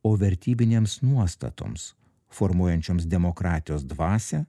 o vertybinėms nuostatoms formuojančioms demokratijos dvasią